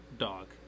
Dog